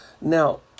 Now